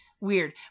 weird